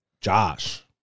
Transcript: Josh